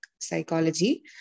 psychology